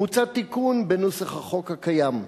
מוצע תיקון בנוסח החוק הקיים: